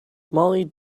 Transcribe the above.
mollie